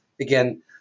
again